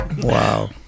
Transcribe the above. Wow